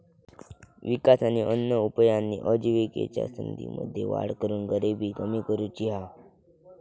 विकास आणि अन्य उपायांनी आजिविकेच्या संधींमध्ये वाढ करून गरिबी कमी करुची हा